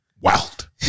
wild